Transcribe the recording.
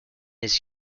his